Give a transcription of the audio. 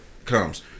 comes